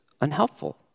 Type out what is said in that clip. unhelpful